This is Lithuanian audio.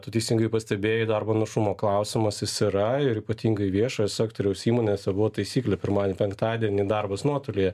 tu teisingai pastebėjai darbo našumo klausimas jis yra ir ypatingai viešojo sektoriaus įmonėse buvo taisyklė pirmadienį penktadienį darbas nuotolyje